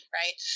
right